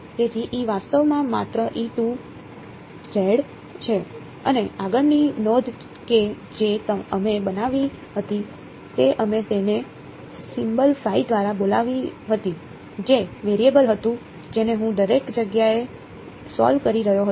તેથી E વાસ્તવમાં માત્ર છે અને આગળની નોંધ કે જે અમે બનાવી હતી તે અમે તેને સિમ્બલ phi દ્વારા બોલાવી હતી જે વેરિયેબલ હતી જેને હું દરેક જગ્યાએ સોલ્વ કરી રહ્યો હતો